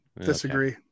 disagree